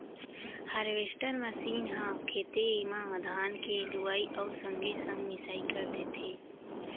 harvester machine ह खेते म धान के लुवई अउ संगे संग मिंसाई कर देथे